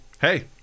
hey